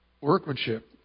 Workmanship